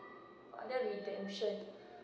that redemption